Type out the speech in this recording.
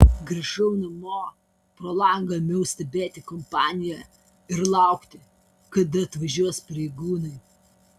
grįžau namo pro langą ėmiau stebėti kompaniją ir laukti kada atvažiuos pareigūnai